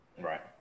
Right